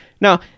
Now